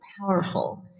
powerful